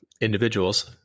individuals